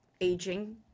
aging